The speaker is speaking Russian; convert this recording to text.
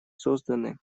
созданы